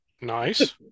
Nice